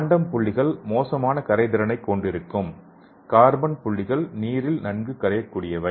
quantum புள்ளிகள் மோசமான கரைதிறனைக் கொண்டிருக்கும் கார்பன் புள்ளிகள் நீரில் நன்கு கரையக்கூடியவை